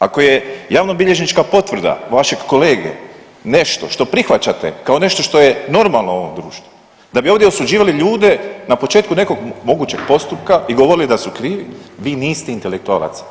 Ako je javnobilježnička potvrda vašeg kolege nešto što prihvaćate kao nešto što je normalno u ovom društvu, da bi ovdje osuđivali ljude na početku nekog mogućeg postupka i govorili da su krivi vi niste intelektualac.